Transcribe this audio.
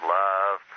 love